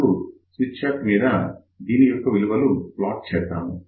ఇప్పుడు Smith chart మీద దీని యొక్క విలువలు plot చేద్దాము